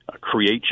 create